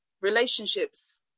relationships